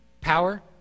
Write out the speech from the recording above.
power